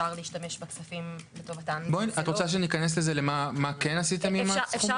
אבל מאחר שהאפשרות הזאת מצוינת בצורה מפורשת בחוק וגם